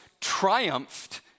triumphed